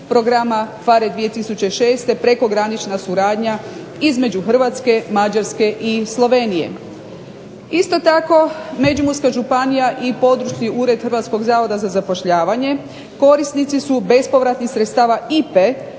Programa PHARE 2006. prekogranična suradnja između Hrvatske, Mađarske i Slovenije. Isto tako Međimurska županija i Područni ured hrvatskog zavoda za zapošljavanje korisnici su bespovratnih sredstava IPA